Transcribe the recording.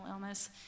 illness